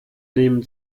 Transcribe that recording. nehmen